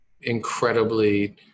incredibly